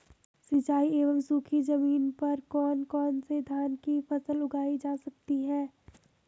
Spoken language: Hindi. सिंचाई एवं सूखी जमीन पर कौन कौन से धान की फसल उगाई जा सकती है?